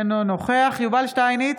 אינו נוכח יובל שטייניץ,